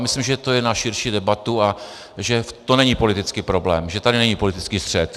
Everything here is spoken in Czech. A myslím, že to je na širší debatu a že to není politický problém, že tady není politický střet.